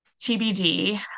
TBD